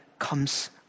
comes